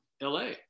la